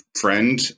friend